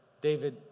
David